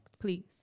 Please